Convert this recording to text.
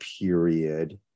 period